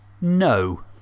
No